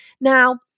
Now